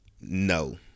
no